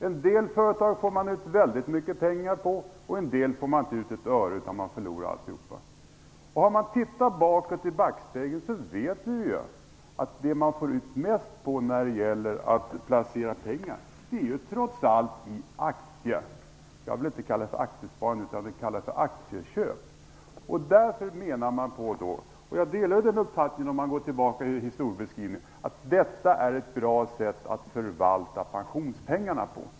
Somliga företag får man ut väldigt mycket pengar av, men av andra får man inte ut ett öre utan förlorar alltihop. Om man ser i backspegeln vet man att det trots allt är aktier som man får ut mest av när det gäller att placera pengar. Jag vill inte kalla det aktiesparande utan aktieköp. Jag delar uppfattningen man får om man går tillbaka i historien, nämligen att detta är ett bra sätt att förvalta pensionspengarna på.